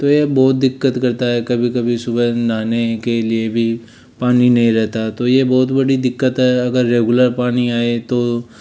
तो यह बहुत दिक्कत करता है कभी कभी सुबह नहाने के लिए भी पानी नहीं रहता तो यह बहुत बड़ी दिक्कत है अगर रेगुलर पानी आए तो